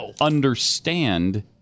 Understand